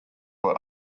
were